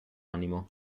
animo